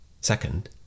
Second